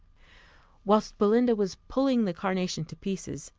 whilst belinda was pulling the carnation to pieces,